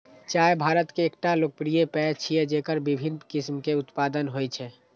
चाय भारत के एकटा लोकप्रिय पेय छियै, जेकर विभिन्न किस्म के उत्पादन होइ छै